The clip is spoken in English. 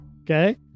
Okay